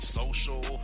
social